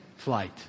flight